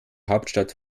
hauptstadt